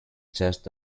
just